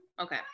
Okay